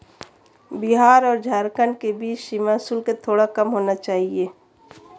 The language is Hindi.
बिहार और झारखंड के बीच सीमा शुल्क थोड़ा कम होना चाहिए